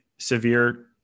severe